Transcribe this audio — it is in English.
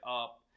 up